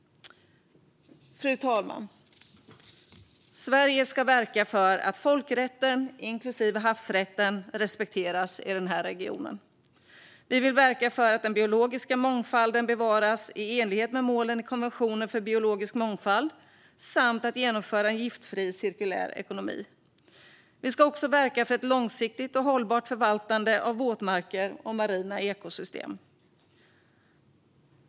Fru talman! Sverige ska verka för att folkrätten, inklusive havsrätten, respekteras i regionen. Vi vill verka för att den biologiska mångfalden bevaras i enlighet med målen i konventionen för biologisk mångfald och att en giftfri cirkulär ekonomi genomförs. Vi ska också verka för ett långsiktigt och hållbart förvaltande av våtmarker och marina ekosystem.